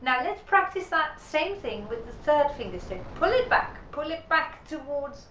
now let's practice that same thing with the third finger, so pull it back, pull it back towards